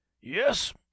Yes